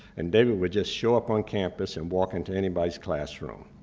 and david would just show up on campus and walk into anybody's classroom.